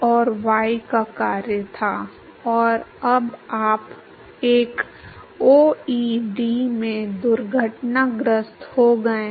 इसलिए घर्षण गुणांक को y के बराबर 0 पर rho uinfinity वर्ग से 2 से विभाजित करके tau के रूप में परिभाषित किया जाता है